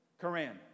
Quran